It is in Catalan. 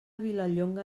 vilallonga